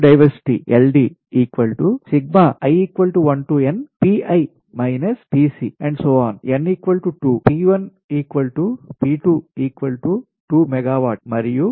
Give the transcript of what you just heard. n 2 P1 P2 2 megawatt మరియు Pc 3 megawatt